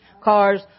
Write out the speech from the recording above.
cars